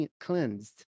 cleansed